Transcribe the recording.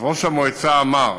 אז ראש המועצה אמר.